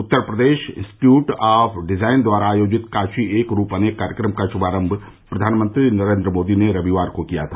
Uttar Pradesh institute of design द्वारा आयोजित काशी एक रूप अनेक कार्यक्रम का शुभारम्भ प्रधानमंत्री नरेन्द्र मोदी ने रविवार को किया था